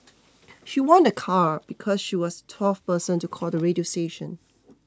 she won a car because she was twelfth person to call the radio station